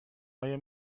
آیا